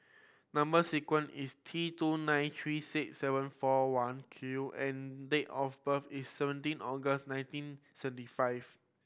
number sequence is T two nine three six seven four one Q and date of birth is seventeen August nineteen seventy five